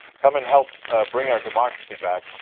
come and help bring our democracy back.